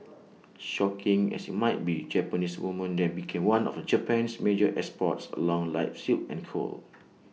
shocking as IT might be Japanese woman then became one of Japan's major exports along line silk and coal